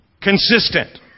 consistent